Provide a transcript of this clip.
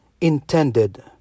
intended